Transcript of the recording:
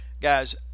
Guys